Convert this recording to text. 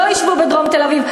שלא ישבו בדרום תל-אביב.